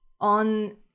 On